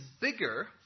bigger